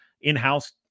in-house